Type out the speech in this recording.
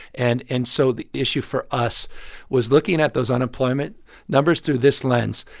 and and so the issue for us was looking at those unemployment numbers through this lens.